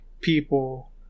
people